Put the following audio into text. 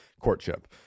courtship